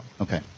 Okay